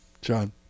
John